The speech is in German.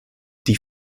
die